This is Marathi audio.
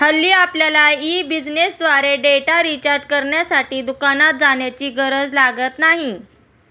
हल्ली आपल्यला ई बिझनेसद्वारे डेटा रिचार्ज करण्यासाठी दुकानात जाण्याची गरज लागत नाही